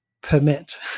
permit